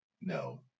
No